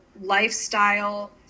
lifestyle